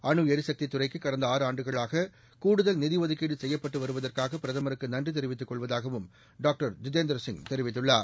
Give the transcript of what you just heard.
அனு எரிசக்தித் துறைக்கு கடந்த ஆறு ஆண்டுகளாக கூடுதல் நிதி ஒதுக்கீடு செய்யப்பட்டு வருவதற்காக பிரதமருக்கு நன்றி தெரிவித்துக் கொள்வதாகவும் டாக்டர் ஜிதேந்திரசிங் தெரிவித்துள்ளார்